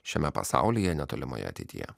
šiame pasaulyje netolimoje ateityje